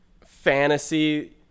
fantasy